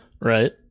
Right